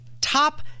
top